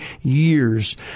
years